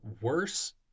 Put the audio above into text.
worse